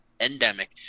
endemic